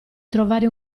trovare